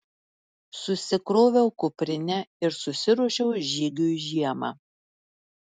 susikroviau kuprinę ir susiruošiau žygiui žiemą